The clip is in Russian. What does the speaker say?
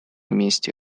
месте